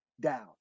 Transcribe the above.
down